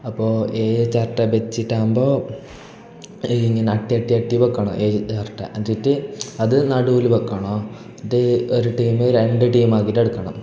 അപ്പോൾ ഏയ് ചിരട്ട വെച്ചിട്ടാകുമ്പോൾ ഇങ്ങനെ അട്ടി അട്ടി അട്ടി വെക്കണം ഏയ് ചിരട്ട എന്നിട്ട് അതു നടുവിൽ വെക്കണം എന്നിട്ട് ഒരു ടീം രണ്ടു ടീം ആക്കിയിട്ടെടുക്കണം